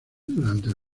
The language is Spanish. durante